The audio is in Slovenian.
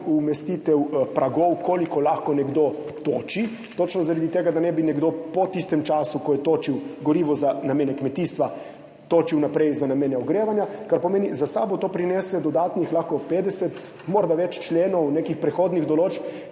umestitev pragov, koliko lahko nekdo toči, točno zaradi tega, da ne bi nekdo po tistem času, ko je točil gorivo za namene kmetijstva, točil naprej za namene ogrevanja, kar pomeni, da lahko to za sabo prinese dodatnih 50, morda več členov, nekih prehodnih določb,